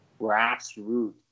grassroots